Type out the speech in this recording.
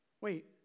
Wait